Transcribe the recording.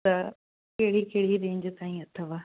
त कहिड़ी केहिड़ी रेंज ताईं अथव